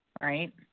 right